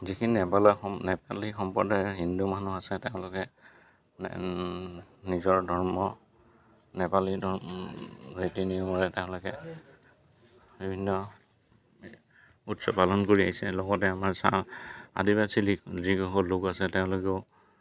যিখিনি নেপালী সম্প্ৰদায়ৰ হিন্দু মানুহ আছে তেওঁলোকে নিজৰ ধৰ্ম নেপালী ধৰ্ম নীতি নিয়মেৰে তেওঁলোকে বিভিন্ন উৎসৱ পালন কৰি আহিছে লগতে আমাৰ চাহ আদিবাসী যিসকল লোক আছে তেওঁলোকেও